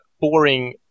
boring